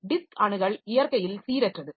disk அணுகல் இயற்கையில் சீரற்றது